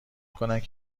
کنند